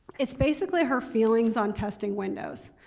it's basically her feelings on testing windows.